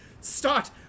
Start